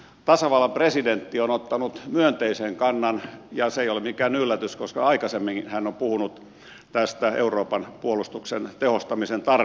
tasavallan presidentti on ottanut myönteisen kannan ja se ei ole mikään yllätys koska aikaisemminkin hän on puhunut tästä euroopan puolustuksen tehostamisen tarpeesta